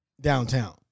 downtown